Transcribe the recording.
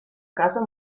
casa